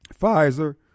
Pfizer